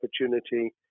opportunity